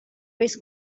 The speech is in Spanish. vez